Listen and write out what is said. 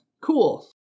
cool